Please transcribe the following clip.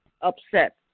upset